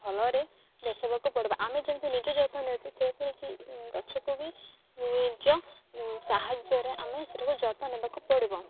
ଭଲରେ ଦେଖବାକୁ ପଡ଼ିବ ଆମେ ଯେମିତି ନିଜ ଯତ୍ନ ନେଉଛୁ ସେହିପରିିକି ଗଛକୁ ବି ନିଜ ସାହାଯ୍ୟରେ ଆମେ ସେଟାକୁ ଯତ୍ନ ନେବାକୁ ପଡ଼ିବ